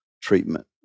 treatment